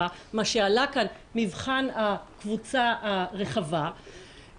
ולכן ניגוד עניינים או